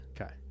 okay